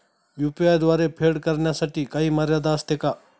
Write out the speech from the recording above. UPI द्वारे फेड करण्यासाठी काही मर्यादा असते का?